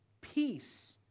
peace